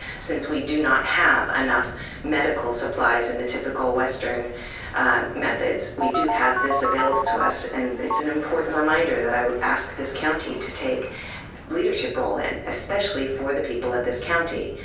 since we do not have enough medical supplies in the typical western methods, we do have this available to us and it's an important reminder that i would ask this county to take leadership role in, especially for the people of this county.